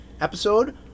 episode